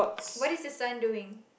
what is the son doing